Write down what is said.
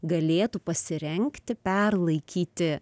galėtų pasirengti perlaikyti